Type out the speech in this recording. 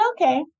okay